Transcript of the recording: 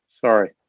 sorry